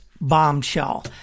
bombshell